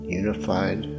unified